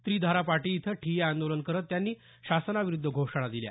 त्रिधारा पाटी इथं ठिय्या आंदोलन करत त्यांनी शासनाविरूद्ध घोषणा दिल्या